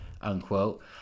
unquote